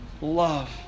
love